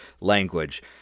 language